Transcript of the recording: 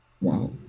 Wow